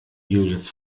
julius